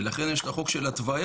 ולכן יש את החוק של התוויה,